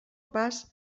pas